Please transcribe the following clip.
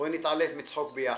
בואי נתעלף מצחוק ביחד.